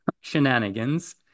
shenanigans